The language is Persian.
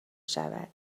شود